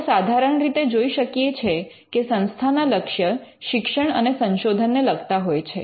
આપણે સાધારણ રીતે જોઈ શકીએ છે કે સંસ્થા ના લક્ષ્ય શિક્ષણ અને સંશોધન ને લગતા હોય છે